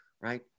right